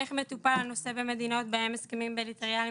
איך מטופל הנושא במדינות בהן הסכמים בילטרליים